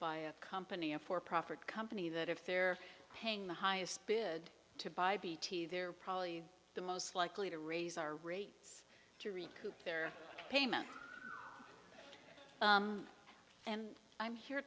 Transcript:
by a company a for profit company that if they're paying the highest bid to buy bt they're probably the most likely to raise our rates to recoup their payment and i'm here